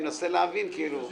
אני מנסה להבהיר את הבעיה.